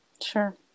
Sure